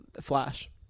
Flash